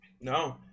No